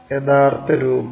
യഥാർത്ഥ രൂപം